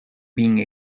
being